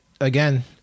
again